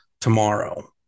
tomorrow